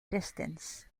distance